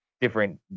different